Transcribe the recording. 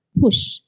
push